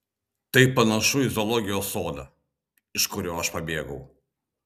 tai panašu į zoologijos sodą iš kurio aš pabėgau